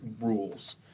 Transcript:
rules